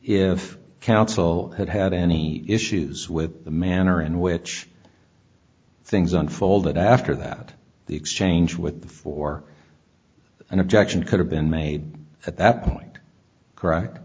if counsel had had any issues with the manner in which things unfolded after that the exchange with the fore an objection could have been made at that point